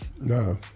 No